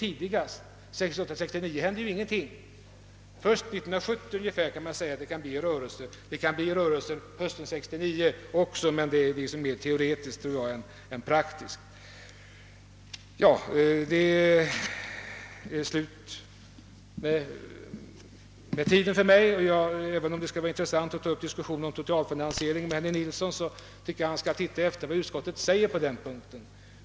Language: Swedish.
Under åren 1968—1969 kan teoretiskt sådana fall inträffa men inte i praktiken. Jag har nu talat så länge att det är tid för mig att sluta, även om det skulle vara intressant att ta upp en diskussion om totalfinansieringen med herr Nilsson i Gävle. Jag tycker han bör titta efter vad utskottet skriver på denna punkt.